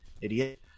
Idiot